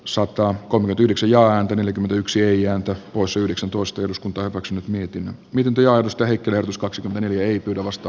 sotaa komi tyyliksi ja yksi ei antanut pois yhdeksäntoista eduskunta fax nyt mietin miten työavustajan kirjoitus kaksi löytyi omasta